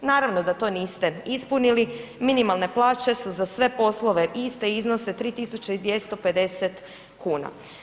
Naravno da to niste ispunili, minimalne plaće su za sve poslove iste i iznose 3.250 kuna.